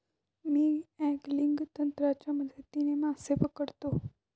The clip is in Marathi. मी अँगलिंग तंत्राच्या मदतीने मासे पकडतो